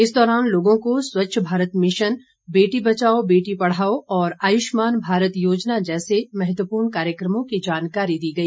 इस दौरान लोगों को स्वच्छ भारत मिशन बेटी बचाओ बेटी पढ़ाओ और आयुषमान भारत योजना जैसे महत्वपूर्ण कार्यक्रमों की जानकारी दी गई